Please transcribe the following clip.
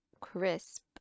crisp